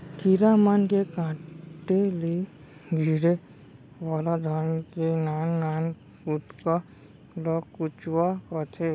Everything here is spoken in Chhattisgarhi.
कीरा मन के काटे ले गिरे वाला धान के नान नान कुटका ल कुचवा कथें